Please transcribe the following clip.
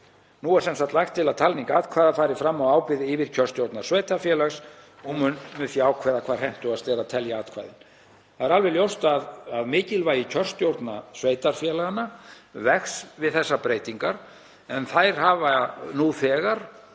Nú er sem sagt lagt til að talning atkvæða fari fram á ábyrgð yfirkjörstjórnar sveitarfélags og hún mun því ákveða hvar hentugast er að telja atkvæðin. Það er alveg ljóst að mikilvægi kjörstjórna sveitarfélaganna vex við þessar breytingar en þær hafa nú þegar